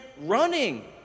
running